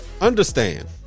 Understand